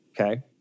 Okay